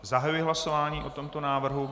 Zahajuji hlasování o tomto návrhu.